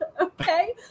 okay